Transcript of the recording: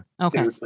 Okay